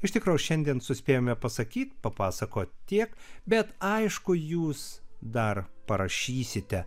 iš tikro šiandien suspėjome pasakyt papasakot tiek bet aišku jūs dar parašysite